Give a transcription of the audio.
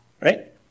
Right